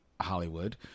hollywood